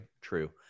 True